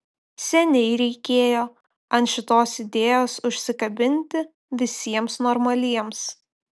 seniai reikėjo ant šitos idėjos užsikabinti visiems normaliems